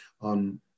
on